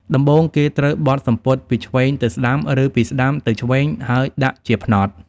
ដំបូងគេត្រូវបត់សំពត់ពីឆ្វេងទៅស្តាំ ឬពីស្តាំទៅឆ្វេងហើយដាក់ជាផ្នត់។